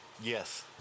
Yes